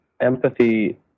empathy